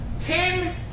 ten